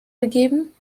gegeben